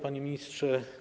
Panie Ministrze!